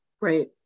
Right